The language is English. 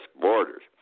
borders